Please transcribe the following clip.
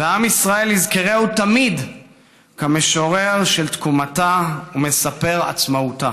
ועם ישראל יזכרהו תמיד כמשורר של תקומתה ומספר עצמאותה.